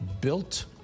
built